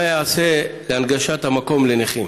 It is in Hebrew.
מה ייעשה להנגשת המקום לנכים?